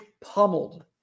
pummeled